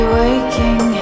waking